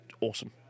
awesome